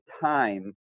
time